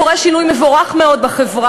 קורה בשנים האחרונות שינוי מבורך מאוד בחברה